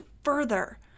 further